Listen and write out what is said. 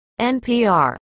NPR